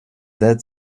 that